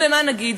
ומה נגיד?